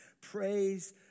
Praise